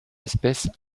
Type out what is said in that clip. espèces